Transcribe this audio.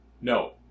no